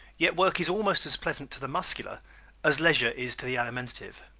yet work is almost as pleasant to the muscular as leisure is to the alimentive.